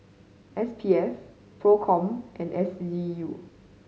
S P F Procom and S D U